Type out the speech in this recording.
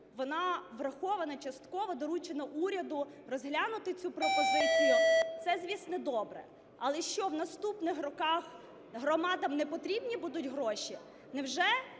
вона врахована частково, доручено уряду розглянути цю пропозицію. Це, звісно, добре, але що, в наступних роках громадам не потрібні будуть гроші? Невже